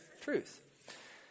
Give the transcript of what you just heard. truth